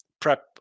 prep